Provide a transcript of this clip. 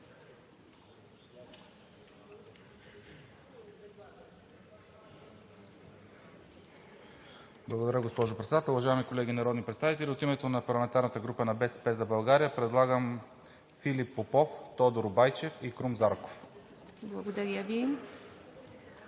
Благодаря, госпожо Председател. Уважаеми колеги народни представители, от името на парламентарната група на „БСП за България“ предлагам Филип Попов, Тодор Байчев и Крум Зарков. ПРЕДСЕДАТЕЛ